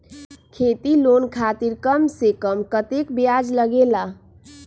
खेती लोन खातीर कम से कम कतेक ब्याज लगेला?